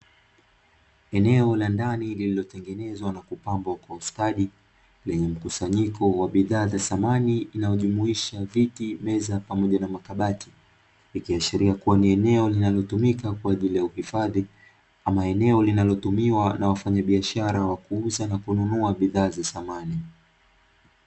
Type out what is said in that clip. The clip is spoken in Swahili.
Eneo la ndani lililotengenezwa na kupambwa kwa ustadi, lenye mkusanyiko wa bidhaa za samani, inayojumuisha viti, meza pamoja na makabati. Ikiashiria kuwa ni eneo linalotumika kwa ajili ya uhifadhi ama eneo linalotumiwa na wafanyabiashara wa kuuza na kununua bidhaa za samani.